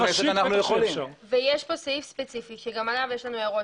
יש פה סעיף ספציפי, שגם עליו יש לנו הערות,